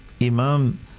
Imam